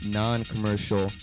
non-commercial